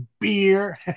beer